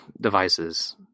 devices